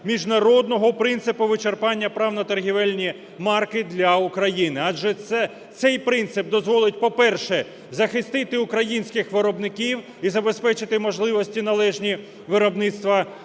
міжнародного принципу вичерпання прав на торгівельні марки для України, адже цей принцип дозволить, по-перше, захистити українських виробників і забезпечити можливості належні виробництва